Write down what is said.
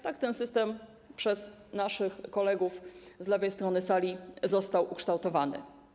Tak ten system przez naszych kolegów z lewej strony sali został ukształtowany.